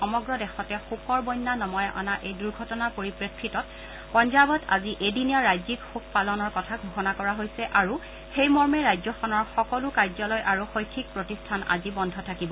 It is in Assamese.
সমগ্ৰ দেশতে শোকৰ বন্যা নমাই অনা এই দুৰ্ঘটনাৰ পৰিপ্ৰেক্ষিতত পঞ্জাৱত আজি এদিনীয়া ৰাজ্যিক শোক পালনৰ কথা ঘোষণা কৰা হৈছে আৰু সেইমৰ্মে ৰাজ্যখনৰ সকলো কাৰ্যালয় আৰু শৈক্ষিক প্ৰতিষ্ঠান আজি বন্ধ থাকিব